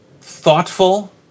thoughtful